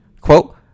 quote